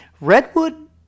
redwood